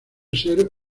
ser